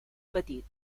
petit